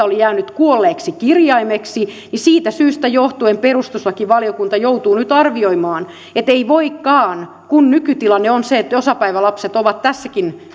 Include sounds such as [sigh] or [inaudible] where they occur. [unintelligible] oli jäänyt kuolleeksi kirjaimeksi niin siitä syystä johtuen perustuslakivaliokunta joutuu nyt arvioimaan ettei voikaan kun nykytilanne on se että osapäivälapset ovat tässäkin [unintelligible]